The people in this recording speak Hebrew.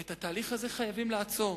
את התהליך הזה אנחנו חייבים לעצור.